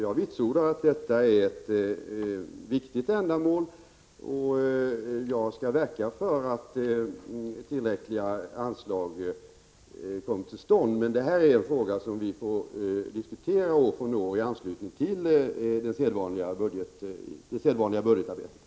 Jag vitsordar att detta är ett viktigt ändamål, och jag skall verka för att tillräckliga anslag kommer till stånd. Men det här är en fråga som vi får diskutera år från år i anslutning till det sedvanliga budgetarbetet.